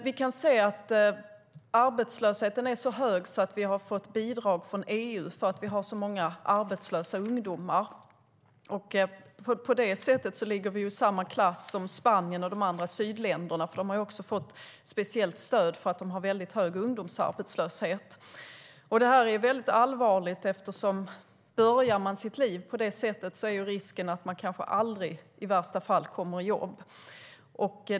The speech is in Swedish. Vi kan se att arbetslösheten är så hög att vi har fått bidrag från EU för att vi har så många arbetslösa ungdomar, och på det sättet ligger vi i samma klass som Spanien och de andra sydländerna. De har också fått speciellt stöd för att de har väldigt hög ungdomsarbetslöshet. Det här är allvarligt, för om man börjar sitt liv på det sättet är risken att man kanske i värsta fall aldrig kommer i jobb.